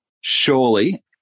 surely